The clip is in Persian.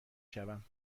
شوم